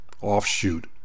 offshoot